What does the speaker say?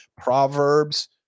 Proverbs